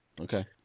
Okay